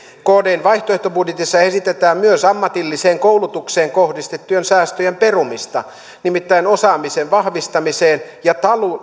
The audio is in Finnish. kdn vaihtoehtobudjetissa esitetään myös ammatilliseen koulutukseen kohdistettujen säästöjen perumista nimittäin osaamisen vahvistamiseen ja